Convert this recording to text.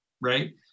right